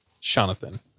Jonathan